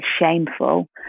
shameful